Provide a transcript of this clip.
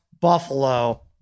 Buffalo